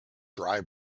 dry